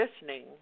listening